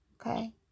okay